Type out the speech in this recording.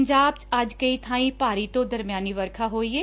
ਪੰਜਾਬ ਚ ਅੱਜ ਕਈ ਬਾਈਂ ਭਾਰੀ ਤੋ ਦਰਮਿਆਨੀ ਵਰਖਾ ਹੋਈ ਏ